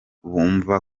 bumva